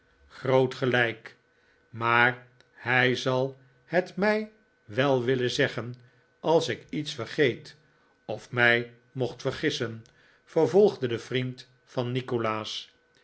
groot gelijk maar hij zal het mij wel willen zeggen als ik iets vergeet of mij mocht vergissen vervolgde de vriend van nikolaas